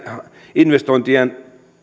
investointejaan